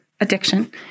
addiction